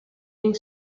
being